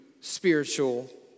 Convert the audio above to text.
spiritual